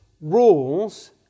rules